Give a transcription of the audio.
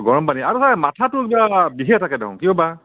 গৰম পানী আৰু ছাৰ মাথাটো ছাৰ বিষেই থাকে দেখোন কিয় বা